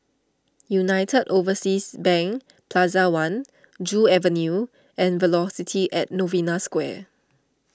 United Overseas Bank Plaza one Joo Avenue and Velocity at Novena Square